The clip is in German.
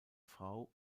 frau